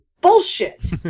bullshit